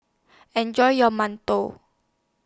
Enjoy your mantou